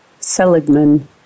Seligman